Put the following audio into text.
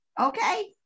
Okay